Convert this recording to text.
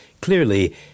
Clearly